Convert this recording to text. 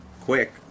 quick